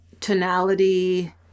tonality